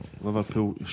Liverpool